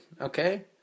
okay